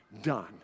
done